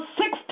six